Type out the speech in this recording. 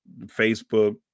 Facebook